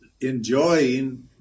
enjoying